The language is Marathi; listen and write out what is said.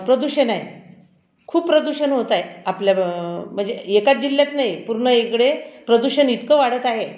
प्रदूषण आहे खूप प्रदूषण होत आहे आपल्या ब म्हणजे एकाच जिल्ह्यात नाही पूर्ण इकडे प्रदूषण इतकं वाढत आहे